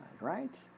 right